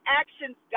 actions